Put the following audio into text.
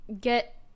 get